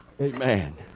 amen